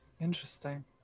Interesting